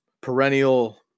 perennial